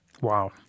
Wow